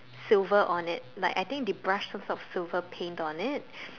silver on it like I think they brushed some sort of silver paint on it